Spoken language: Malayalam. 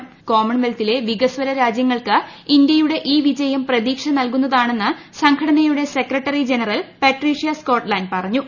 ് ്കോമൺവെൽത്തിലെ വികസ്വര രാജ്യങ്ങൾക്ക് ഇന്ത്യയുടെ ഈ വ്യിജിയം പ്രതീക്ഷ നൽകുന്നതാണെന്ന് സംഘടനയുടെ സെക്രട്ടറി ജനുറൽ പട്രീഷ്യ സ്കോട്ട്ലന്റ് പറഞ്ഞു